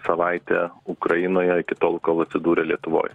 savaitę ukrainoje iki tol kol atsidūrė lietuvoj